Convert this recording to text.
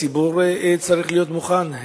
הציבור צריך להיות מוכן,